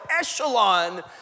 echelon